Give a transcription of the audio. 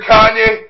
Kanye